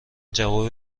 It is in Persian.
جواب